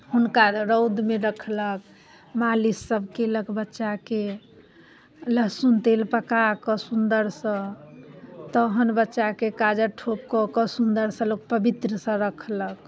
हुनका रौदमे रखलक मालिशसभ कयलक बच्चाकेँ लहसुन तेल पका कऽ सुन्दरसँ तखन बच्चाके काजर ठोप कऽ कऽ सुन्दरसँ लोक पवित्रसँ रखलक